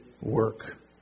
work